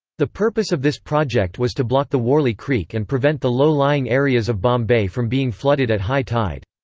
the purpose of this project was to block the worli creek and prevent the low-lying areas of bombay from being flooded at high tide.